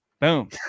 Boom